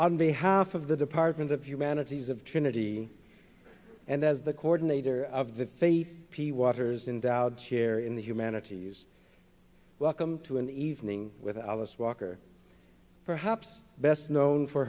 behalf of the department of humanities of trinity and as the coordinator of the faith p waters in doubt share in the humanities welcome to an evening with alice walker perhaps best known for